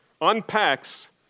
unpacks